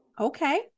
okay